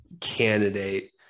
candidate